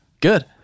Good